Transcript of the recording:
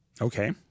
Okay